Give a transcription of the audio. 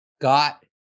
got